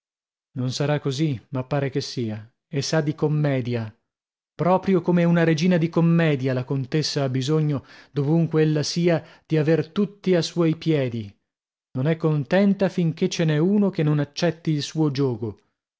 non sarà così ma pare che sia e sa di commedia proprio come una regina di commedia la contessa ha bisogno dovunque ella sia di aver tutti a suoi piedi non è contenta fin che ce n'è uno che non accetti il suo giogo